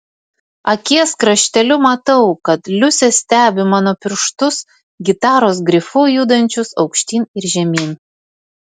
akies krašteliu matau kad liusė stebi mano pirštus gitaros grifu judančius aukštyn ir žemyn